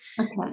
Okay